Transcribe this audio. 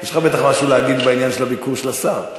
יש לך בטח משהו להגיד בעניין ביקור השר.